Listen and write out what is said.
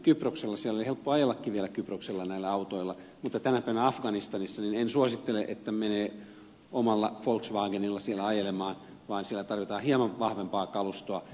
kyproksella oli vielä helppo ajellakin näillä autoilla mutta tänä päivänä afganistanissa en suosittele että menee omalla volkswagenilla siellä ajelemaan vaan siellä tarvitaan hieman vahvempaa kalustoa